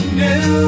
new